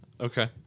Okay